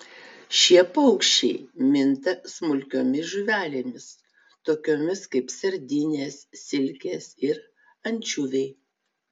šie paukščiai minta smulkiomis žuvelėmis tokiomis kaip sardinės silkės ir ančiuviai